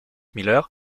miller